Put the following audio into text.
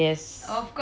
yes